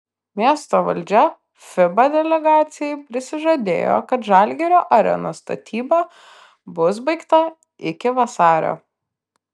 miesto valdžia fiba delegacijai prisižadėjo kad žalgirio arenos statyba bus baigta iki vasario